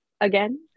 again